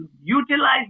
utilize